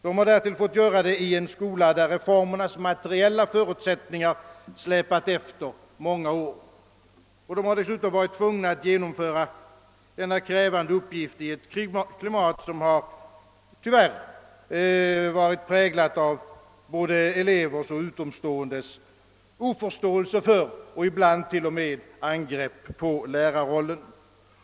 De har därtill fått göra det i en skola, där reformernas materiella för utsättningar släpat efter under många år, och dessutom har de varit tvungna att klara denna krävande uppgift i ett klimat som tyvärr varit präglat av både elevers och utomståendes brist på förståelse för och ibland t.o.m. angrepp på lärarrollen.